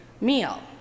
meal